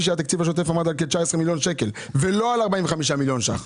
של התקציב השוטף עמד על כ-19 מיליון שקלים ולא על 45 מיליון שקל".